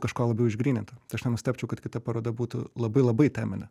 kažko labiau išgryninto aš nenustebčiau kad kita paroda būtų labai labai teminė